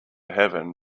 heaven